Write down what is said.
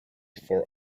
for